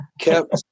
kept